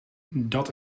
dat